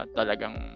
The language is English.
talagang